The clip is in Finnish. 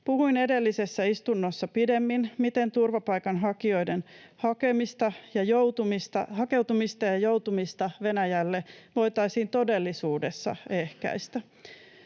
Puhuin edellisessä istunnossa pidemmin, miten turvapaikanhakijoiden hakeutumista ja joutumista Venäjälle voitaisiin todellisuudessa ehkäistä.